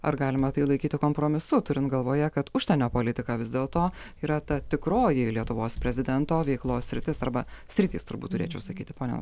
ar galima tai laikyti kompromisu turint galvoje kad užsienio politika vis dėlto yra ta tikroji lietuvos prezidento veiklos sritis arba sritys turbūt turėčiau sakyti ponia